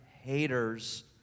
haters